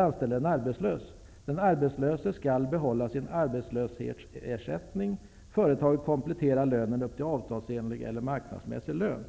anställer en arbetslös. Den som anställs skall fortfarande få sin arbetslöshetsersättning, och företaget kompletterar upp till avtalsenlig eller marknadsmässig lön.